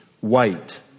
white